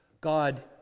God